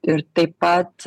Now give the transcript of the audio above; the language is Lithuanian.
ir taip pat